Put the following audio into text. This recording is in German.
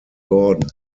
gordon